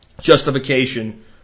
justification